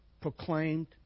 proclaimed